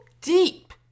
deep